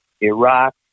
Iraq